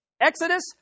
Exodus